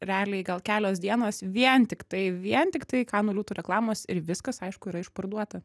realiai gal kelios dienos vien tiktai vien tiktai kanų liūtų reklamos ir viskas aišku yra išparduota